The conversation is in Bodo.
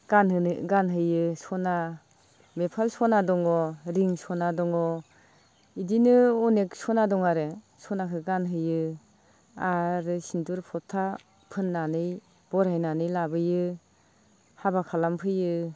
गानहोयो सना बेफोर सना दङ रिं सना दङ बिदिनो अनेक सना दं आरो सनाखौ गानहोयो आरो सिन्दुर फोथा फोननानै बरायनानै लाबोयो हाबा खालामहोयो